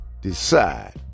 decide